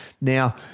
Now